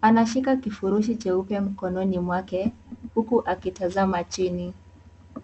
anashika kifurushi cheupe mkononi mwake huku akitazama chini.